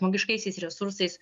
žmogiškaisiais resursais